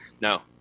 No